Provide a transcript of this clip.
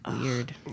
weird